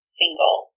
single